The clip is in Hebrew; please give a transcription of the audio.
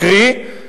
קרי,